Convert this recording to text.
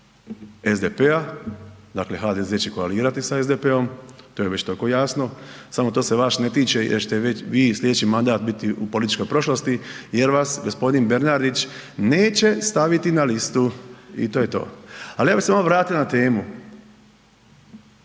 SDP-a, dakle HDZ će koalirati sa SDP-om, to je već tako jasno, samo to se vas ne tiče jer ćete već vi slijedeći mandat biti u političkoj prošlosti jer vas g. Bernardić neće staviti na listu i to je to. Al ja bi se malo vratio na temu.